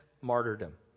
martyrdom